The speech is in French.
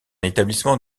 établissement